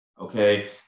okay